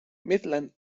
midland